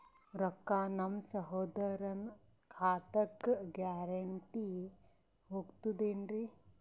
ರೊಕ್ಕ ನಮ್ಮಸಹೋದರನ ಖಾತಕ್ಕ ಗ್ಯಾರಂಟಿ ಹೊಗುತೇನ್ರಿ?